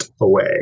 away